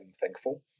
thankful